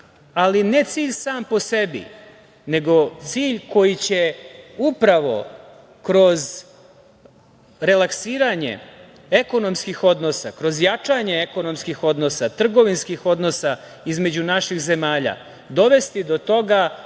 ali cilj ne sam po sebi, nego cilj koji će upravo kroz relaksiranje ekonomskih odnosa, kroz jačanje ekonomskim odnosa, trgovinskih odnosa između naših zemalja dovesti do toga